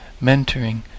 mentoring